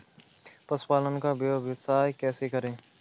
पशुपालन का व्यवसाय कैसे करें?